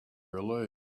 relieved